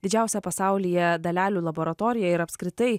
didžiausią pasaulyje dalelių laboratoriją ir apskritai